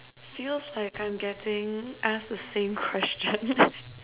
feels like I'm getting asked the same question